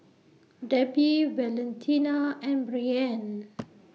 Debi Valentina and Breann